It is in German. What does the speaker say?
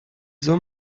soll